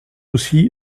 aussi